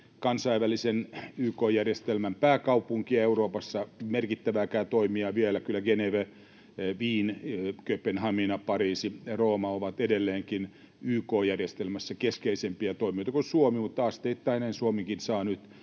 kansainvälisen YK-järjestelmän pääkaupunkia, Euroopassa merkittävääkään toimijaa vielä. Kyllä Geneve, Wien, Kööpenhamina, Pariisi ja Rooma ovat edelleenkin YK-järjestelmässä keskeisempiä toimijoita kuin Suomi, mutta asteittain näin Suomikin saa nyt